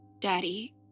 Daddy